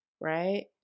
right